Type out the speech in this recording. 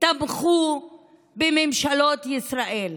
תמכה בממשלות ישראל.